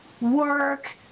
work